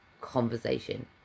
conversation